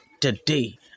today